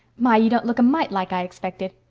my, you don't look a mite like i expected.